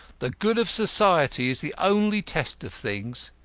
the good of society is the only test of things.